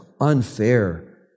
unfair